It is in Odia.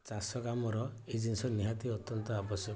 ଚାଷ କାମର ଏଇ ଜିନିଷ ନିହାତି ଅତ୍ୟନ୍ତ ଆବଶ୍ୟକ